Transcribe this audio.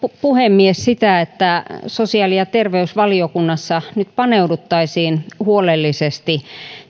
puhemies sitä että sosiaali ja terveysvaliokunnassa nyt paneuduttaisiin huolellisesti